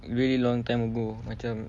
really long time ago macam